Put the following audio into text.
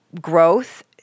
growth